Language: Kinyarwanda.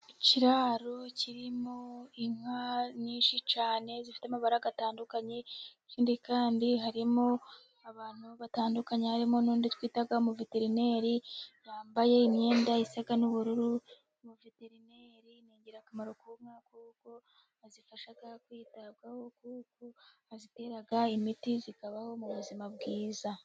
Ikiraro kirimo inka nyinshi cyane zifite amabara atandukanye ikindi kandi harimo abantu batandukanye harimo n'undi twita umuveterineri yambaye imyenda isa n'ubururu, umuveterineri ni ingirakamaro k'ubumwe ahubwo kuko azifasha kwitabwaho kuko aziteraga imiti zikabaho mu buzima bwiza.